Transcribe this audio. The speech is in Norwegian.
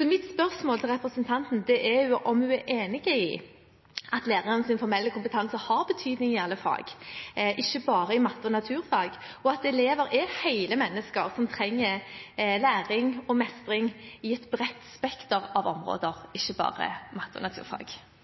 Mitt spørsmål til representanten er: Er hun enig i at lærerens formelle kompetanse har betydning i alle fag, ikke bare i matte og naturfag, og at elever er hele mennesker som trenger læring og mestring i et bredt spekter av områder,